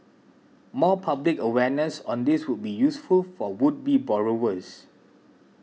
more public awareness on this would be useful for would be borrowers